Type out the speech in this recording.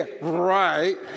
right